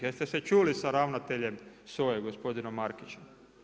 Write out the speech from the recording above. Jeste se čuli sa ravnateljem SOA-e, gospodinom Markićem?